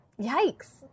Yikes